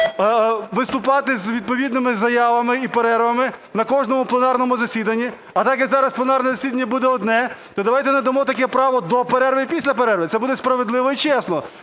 виступати з відповідними заявами і перервами на кожному пленарному засіданні. А так як зараз пленарне засідання буде одне, то давайте надамо таке право до перерви і після перерви, це буде справедливо і чесно.